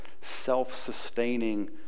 self-sustaining